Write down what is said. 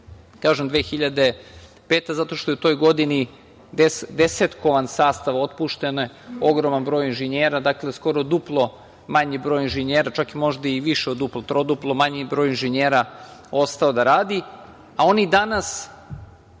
Kažem 2005. godina zato što je u toj godini desetkovan sastav, otpušten je ogroman broj inženjera, dakle, skoro duplo manji broj inženjera, čak možda i više od duplo, troduplo manji broj inženjera je ostao da radi, a oni danas,